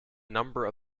number